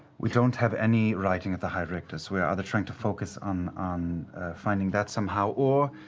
we don't have any writing of the high-richter's we are either trying to focus on on finding that somehow or,